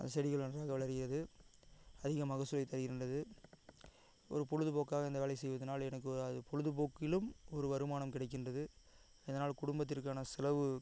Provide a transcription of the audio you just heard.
அந்த செடிகள் நன்றாக வளரியது அதிக மகசூலை தருகின்றது ஒரு பொழுதுபோக்காக இந்த வேலையை செய்வதனால் எனக்கு ஒரு அது பொழுதுப்போக்கிலும் ஒரு வருமானம் கிடைக்கின்றது இதனால் குடும்பத்திற்கான செலவு